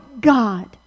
God